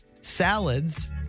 salads